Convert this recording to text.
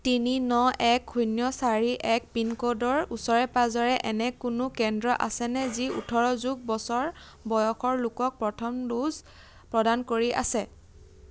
তিনি ন এক শূন্য চাৰি এক পিনক'ডৰ ওচৰে পাঁজৰে এনে কোনো কেন্দ্ৰ আছেনে যি ওঠৰ যোগ বছৰ বয়সৰ লোকক প্ৰথম ড'জ প্ৰদান কৰি আছে